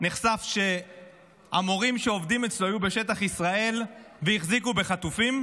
נחשף שהמורים שעובדים אצלו היו בשטח ישראל והחזיקו בחטופים.